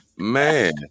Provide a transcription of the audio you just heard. Man